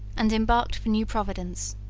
and embarked for new providence.